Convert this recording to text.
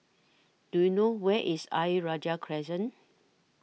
Do YOU know Where IS Ayer Rajah Crescent